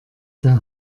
der